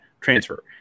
transfer